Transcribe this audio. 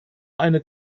eine